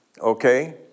okay